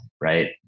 right